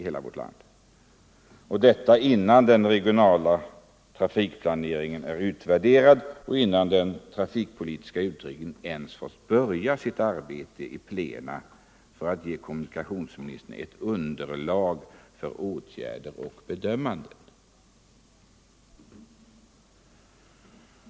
Dessa uttalanden görs innan den regionala trafikplaneringen är utvärderad och innan den trafikpolitiska utredningen ens har börjat sitt arbete för att ge kommunikationsministern underlag för åtgärder och bedömanden.